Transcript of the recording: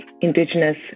Indigenous